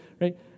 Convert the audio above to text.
right